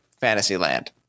Fantasyland